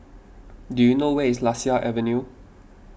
do you know where is Lasia Avenue